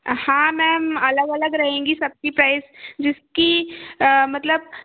हाँ मैम अलग अलग रहेंगी सबकी प्राइज जिसकी मतलब